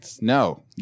No